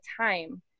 time